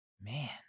man